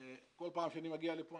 כל פעם כשאני מגיע לפה,